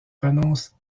renonce